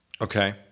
Okay